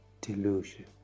delusion